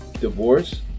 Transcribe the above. divorce